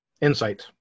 Insight